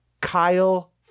kyle